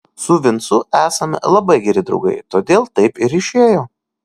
su vincu esame labai geri draugai todėl taip ir išėjo